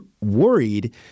worried